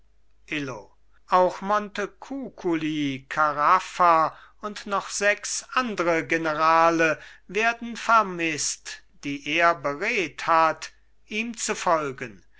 illo auch montecuculi caraffa und noch sechs andre generale werden vermißt die er beredt hat ihm zu folgen